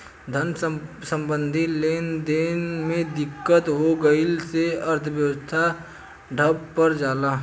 धन सम्बन्धी लेनदेन में दिक्कत हो गइला से अर्थव्यवस्था ठप पर जला